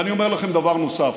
ואני אומר לכם דבר נוסף.